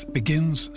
begins